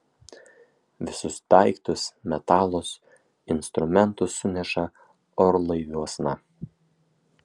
visus daiktus metalus instrumentus suneša orlaiviuosna